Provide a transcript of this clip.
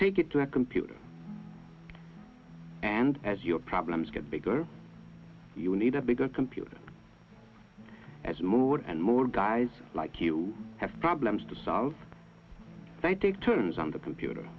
take it to a computer and as your problems get bigger you need a bigger computer as more and more guys like you have problems to solve they take turns on the computer